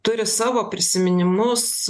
turi savo prisiminimus